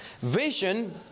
vision